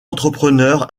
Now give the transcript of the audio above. entrepreneurs